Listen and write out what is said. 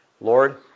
Lord